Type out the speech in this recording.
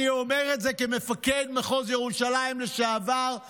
אני אומר את זה כמפקד מחוז ירושלים לשעבר,